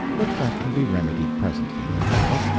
but that can be remedied presently, no doubt.